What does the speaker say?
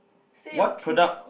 say your peace